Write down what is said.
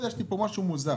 יש פה משהו מוזר.